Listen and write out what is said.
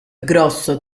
grosso